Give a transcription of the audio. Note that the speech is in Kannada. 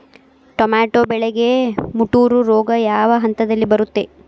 ಟೊಮ್ಯಾಟೋ ಬೆಳೆಗೆ ಮುಟೂರು ರೋಗ ಯಾವ ಹಂತದಲ್ಲಿ ಬರುತ್ತೆ?